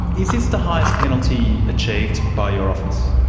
is this the highest penalty achieved by your office?